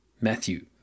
Matthew